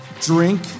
drink